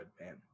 man